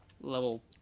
level